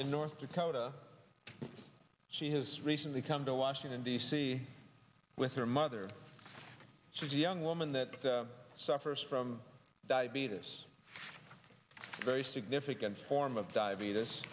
in north dakota she has recently come to washington d c with her mother she's young woman that suffers from diabetes a very significant form of diabetes